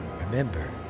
Remember